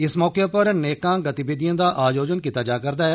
इस मौके उप्पर नेकां गतिविधिएं दा आयोजन कीता जा करदा ऐ